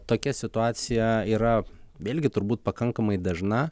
tokia situacija yra vėlgi turbūt pakankamai dažna